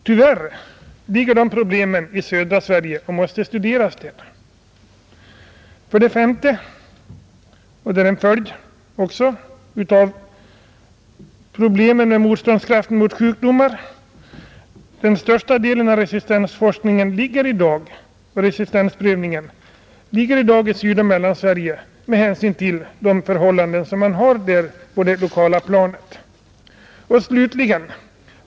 Tyvärr förekommer dessa problem främst i södra Sverige och måste studeras där. 5, Som en följd av problemen i Sydoch Mellansverige på det lokala planet med motståndskraften mot sjukdomar bedrivs den största delen av resistensforskningen och resistensprövningen i dag där. 6.